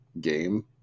game